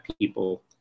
people